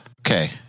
Okay